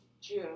June